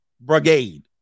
brigade